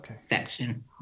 section